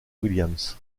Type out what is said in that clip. williams